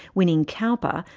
winning cowper,